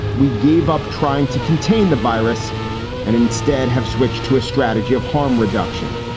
we gave up trying to contain the virus and instead have switched to a strategy of harm reduction.